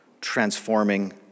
transforming